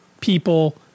people